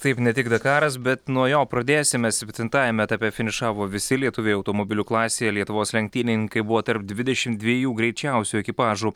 taip ne tik dakaras bet nuo jo pradėsime septintajame etape finišavo visi lietuviai automobilių klasėje lietuvos lenktynininkai buvo tarp dvidešimt dviejų greičiausių ekipažų